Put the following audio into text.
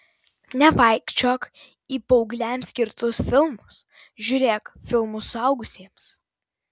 nevaikščiok į paaugliams skirtus filmus žiūrėk filmus suaugusiems